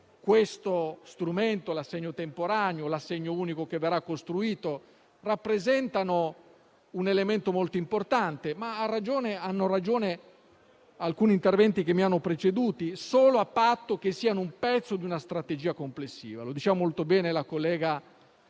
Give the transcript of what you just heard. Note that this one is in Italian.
punto di vista, l'assegno temporaneo e l'assegno unico che verrà costruito rappresentano un elemento molto importante - hanno ragione alcuni colleghi che mi hanno preceduto - solo a patto che siano un pezzo di una strategia complessiva. Lo diceva molto bene la collega